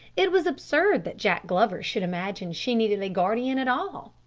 it was absurd that jack glover should imagine she needed a guardian at all,